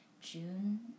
June